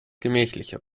gemächlicher